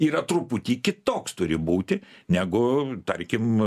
yra truputį kitoks turi būti negu tarkim